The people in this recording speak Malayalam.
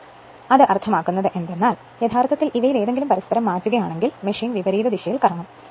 അതായത് അത് അർഥമാക്കുന്നത് എന്തെന്നാൽ യഥാർത്ഥത്തിൽ ഇവയിലേതെങ്കിലും പരസ്പരം മാറ്റുക ആണെങ്കിൽ മെഷീൻ വിപരീത ദിശയിൽ കറങ്ങും